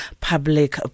public